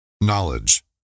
Knowledge